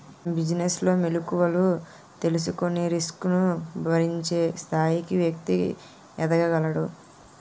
business లో మెలుకువలు తెలుసుకొని రిస్క్ ను భరించే స్థాయికి వ్యక్తి ఎదగగలడు